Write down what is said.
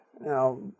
Now